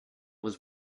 was